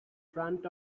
front